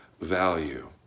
value